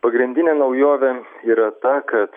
pagrindinė naujovė yra ta kad